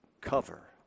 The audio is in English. cover